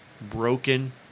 broken